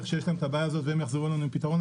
שיש להם את הבעיה הזאת והם יחזרו אלינו עם פתרון.